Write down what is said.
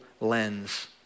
lens